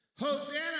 Hosanna